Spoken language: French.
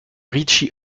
richie